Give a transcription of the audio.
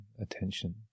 attention